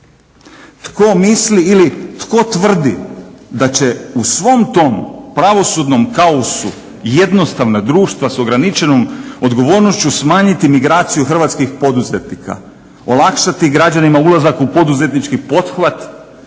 Tko misli ili tko tvrdi da će u svom tom pravosudnom kaosu jednostavna društva sa ograničenom odgovornošću smanjiti migraciju hrvatskih poduzetnika, olakšati građanima ulazak u poduzetnički pothvat